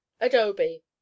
adobe